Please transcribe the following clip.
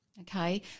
okay